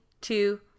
two